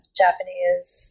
japanese